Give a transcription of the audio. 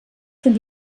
sind